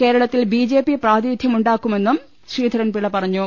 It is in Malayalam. കേരളത്തിൽ ബി ജെ പി പ്രാതിനിധ്യമുണ്ടാ ക്കുമെന്നും ശ്രീധ രൻപിള്ള പറഞ്ഞു